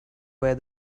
where